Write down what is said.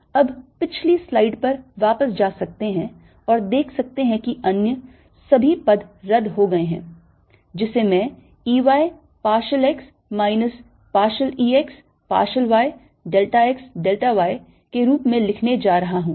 EdlEY∂XXY EX∂yXY आप पिछली स्लाइड पर वापस जा सकते हैं और देख सकते हैं कि अन्य सभी पद रद्द हो गए हैं जिसे मैं E y partial x minus partial E x partial y delta x delta y के रूप में लिखने जा रहा हूं